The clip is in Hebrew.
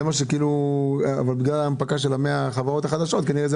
זה כנראה בגלל ההנפקה של 100 החברות החדשות.